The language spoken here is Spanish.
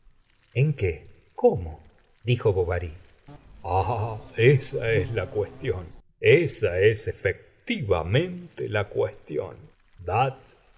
en qué cómo dijo bovary ah esa es la cuestión esa es efectivamente la cuestión that